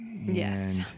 yes